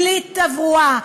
בלי תברואה,